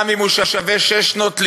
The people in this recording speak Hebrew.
גם אם הוא שווה שש שנות לימוד,